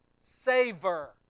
Savor